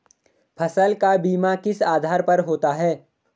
फसल का बीमा किस आधार पर होता है?